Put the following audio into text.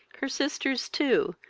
her sisters too,